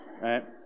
right